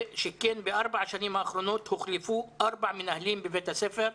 שכן בארבע השנים האחרונות הוחלפו ארבעה מנהלים בבית הספר,